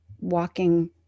walking